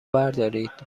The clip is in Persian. بردارید